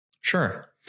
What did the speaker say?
Sure